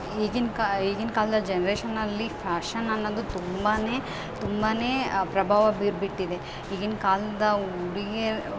ಈಗಿನ ಕಾ ಈಗಿನ ಕಾಲ್ದಲ್ಲಿ ಜನ್ರೇಷನಲ್ಲಿ ಫ್ಯಾಷನ್ ಅನ್ನೋದು ತುಂಬಾ ತುಂಬಾ ಪ್ರಭಾವ ಬೀರಿಬಿಟ್ಟಿದೆ ಈಗಿನ ಕಾಲ್ದವು ಉಡುಗೆ